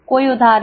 कोई उदाहरण